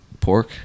pork